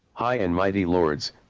high and mighty lords,